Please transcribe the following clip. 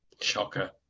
Shocker